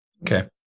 Okay